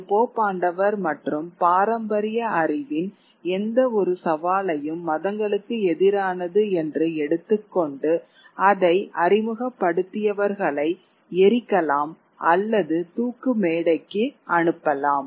ஒரு போப்பாண்டவர் மற்றும் பாரம்பரிய அறிவின் எந்தவொரு சவாலையும் மதங்களுக்கு எதிரானது என்று எடுத்துக் கொண்டு அதை அறிமுகப்படுத்தியவர்களை எரிக்கலாம் அல்லது தூக்கு மேடைக்கு அனுப்பலாம்